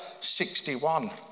61